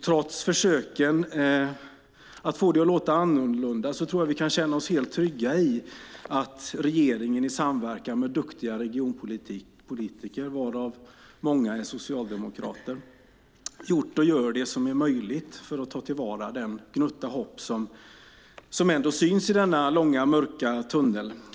Trots försöken att få det att låta annorlunda tror jag att vi kan känna oss helt trygga i att regeringen i samverkan med duktiga regionpolitiker, varav många är socialdemokrater, har gjort och gör det som är möjligt för att ta till vara den gnutta hopp som ändå syns i denna långa, mörka tunnel.